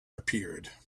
appeared